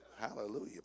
hallelujah